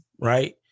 right